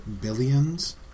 billions